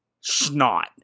snot